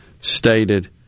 stated